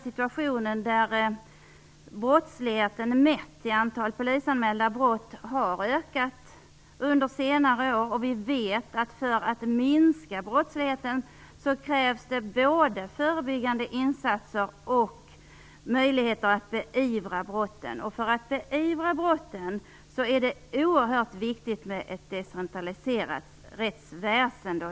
Situationen är att brottsligheten mätt i antal polisanmälda brott har ökat under senare år. Vi vet att det för att minska brottsligheten krävs både förebyggande insatser och möjligheter att beivra brotten. För att beivra brotten är det oerhört viktigt med ett decentraliserat rättsväsende.